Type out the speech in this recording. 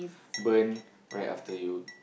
burn right after you